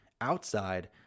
outside